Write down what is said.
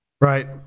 right